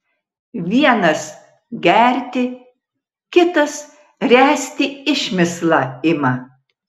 vienas gerti kitas ręsti išmislą ima